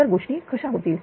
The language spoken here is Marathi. तर गोष्टी कशा होतील